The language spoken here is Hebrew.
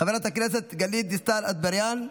חברת הכנסת גלית דיסטל אטבריאן,